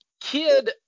Kid